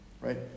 right